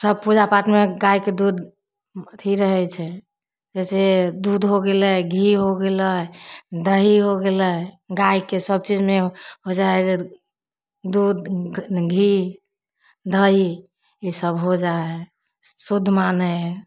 सब पूजा पाठमे गाइके दूध अथी रहै छै जइसे दूध हो गेलै घी हो गेलै दही हो गेलै गाइके सबचीजमे हो जाइ हइ दूध घी दही ईसब हो जाइ हइ शुद्ध मानै हइ